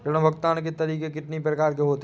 ऋण भुगतान के तरीके कितनी प्रकार के होते हैं?